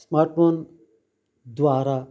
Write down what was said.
smart phone द्वारा